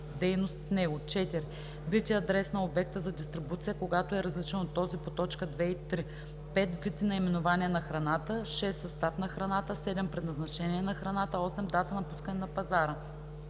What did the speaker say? дейност в него; 4. вид и адрес на обекта за дистрибуция, когато е различен от този по т. 2 и 3; 5. вид и наименование на храната; 6. състав на храната; 7. предназначение на храната; 8. дата на пускане на пазара.